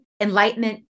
enlightenment